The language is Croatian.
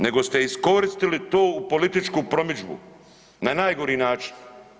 Nego ste iskoristili to u političku promidžbu na najgori način.